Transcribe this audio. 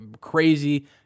crazy